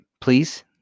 Please